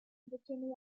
virginia